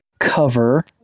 cover